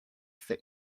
thick